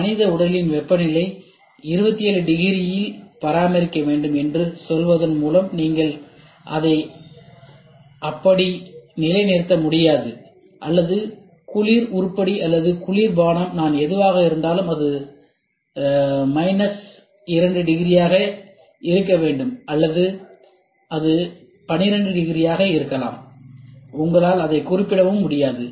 மனித உடலின் வெப்பநிலையை 27 டிகிரியில் பராமரிக்க வேண்டும் என்று சொல்வதன் மூலம் நீங்கள் அதை அப்படியே நிலை நிறுத்த முடியாது அல்லது குளிர் உருப்படி அல்லது குளிர் பானம் நான் எதுவாக இருந்தாலும் அது மைனஸ் 2 டிகிரியாக இருக்க வேண்டும் அல்லது அது 12 டிகிரியாக இருக்கலாம் உங்களால் அதைக் குறிப்பிடவும் முடியாது